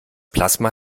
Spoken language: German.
plasma